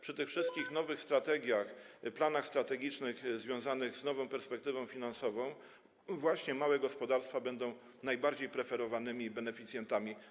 Przy tych wszystkich nowych strategiach, planach strategicznych związanych z nową perspektywą finansową właśnie małe gospodarstwa będą najbardziej preferowanymi beneficjentami.